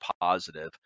positive